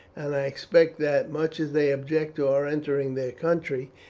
and i expect that, much as they object to our entering their country,